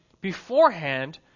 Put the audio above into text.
beforehand